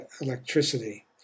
electricity